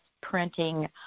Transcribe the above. printing